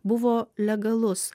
buvo legalus